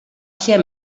ser